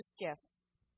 gifts